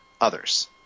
others